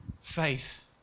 faith